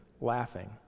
laughing